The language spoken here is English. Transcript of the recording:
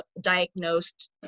diagnosed